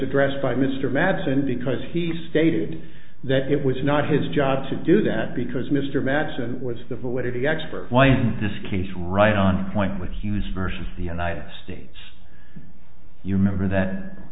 addressed by mr madison because he stated that it was not his job to do that because mr madison was the validity expert why in this case right on point with hughes versus the united states you remember that